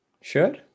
Sure